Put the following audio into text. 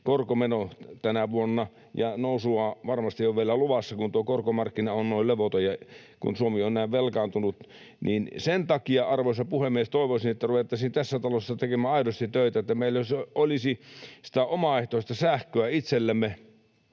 korkomeno tänä vuonna, ja nousua varmasti on vielä luvassa, kun korkomarkkina on noin levoton ja kun Suomi on näin velkaantunut. Sen takia, arvoisa puhemies, toivoisin, että ruvettaisiin tässä talossa tekemään aidosti töitä, niin että meillä olisi omaehtoista sähköä itsellemme.